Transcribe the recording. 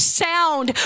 sound